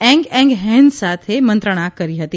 એંગ એંગ હેન સાથે મંત્રણા કરી હતી